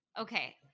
okay